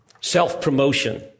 self-promotion